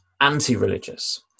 anti-religious